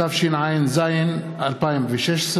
התשע"ז 2016,